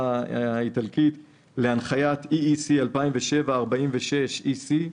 האיטלקית להנחיית E.E.C (E.C) 2007/46. "(3)